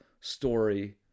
story